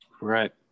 right